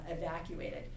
evacuated